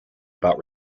about